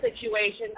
situation